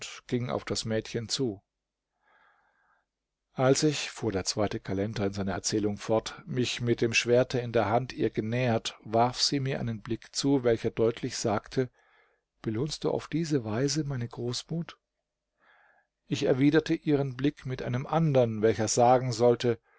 ging auf das mädchen zu als ich fuhr der zweite kalender in seiner erzählung fort mich mit dem schwerte in der hand ihr genähert warf sie mir einen blick zu welcher deutlich sagte belohnst du auf diese weise meine großmut ich erwiderte ihren blick mit einem andern welcher sagen sollte